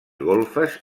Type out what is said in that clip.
golfes